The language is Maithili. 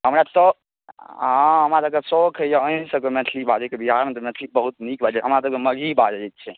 हमरा शौ हमरा सबके शौक होइए अहीँसबके मैथिली बाजैके बिहारमे तऽ मैथिली बहुत नीक बाजै हमरा सबतऽ मगही बाजै छिए